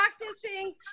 practicing